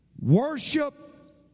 Worship